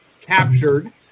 captured